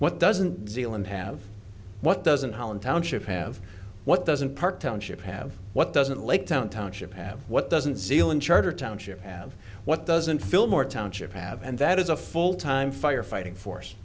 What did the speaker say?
what doesn't zealand have what doesn't helen township have what doesn't park township have what doesn't lake town township have what doesn't zealand charter township have what doesn't fill more township have and that is a full time firefighting force